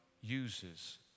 uses